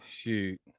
Shoot